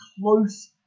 close